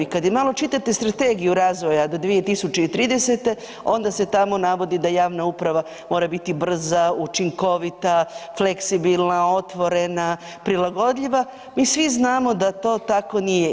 Kada malo čitati Strategiju razvoja do 2030., onda se tamo navodi da javna uprava mora biti brza, učinkovita, fleksibilna, otvorena, prilagodljiva mi svi znamo da to tako nije.